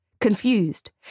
Confused